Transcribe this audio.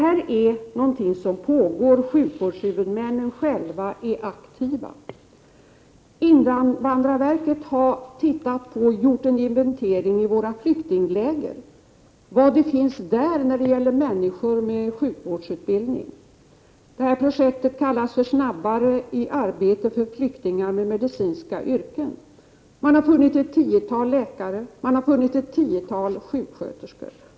Här pågår alltså ett arbete. Sjukvårdshuvudmännen själva är aktiva. Invandrarverket har gjort en inventering av våra flyktingläger. Man har tittat på vad som finns där när det gäller människor med sjukvårdsutbildning. Projektet kallas ”snabbare i arbete för flyktingar med medicinska yrken”. Man har funnit ett tiotal läkare och ett tiotal sjuksköterskor.